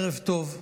ערב טוב.